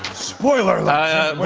spoiler like